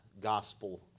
gospel